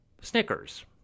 Snickers